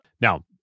Now